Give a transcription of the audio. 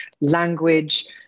language